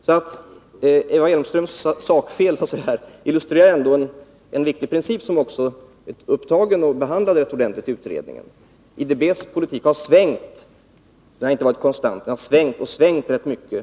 Eva Hjelmströms sakfel illustrerar ändå en viktig princip, som också är upptagen och rätt ordentligt behandlad i utredningen: IDB:s politik har inte varit konstant utan svängt, och svängt rätt mycket.